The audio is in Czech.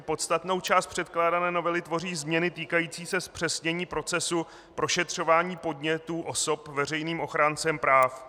Podstatnou část předkládané novely tvoří změny týkající se zpřesnění procesu prošetřování podnětů osob veřejným ochráncem práv.